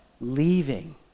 leaving